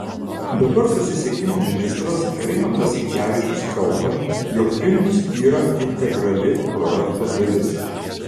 dabar susisiekimo ministras rimantas sinkevičius kalba jog vilnius yra integrali projekto dalis